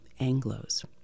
Anglos